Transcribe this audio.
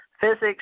physics